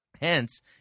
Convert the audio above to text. Hence